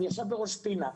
אני עכשיו בראש פינה,